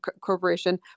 corporation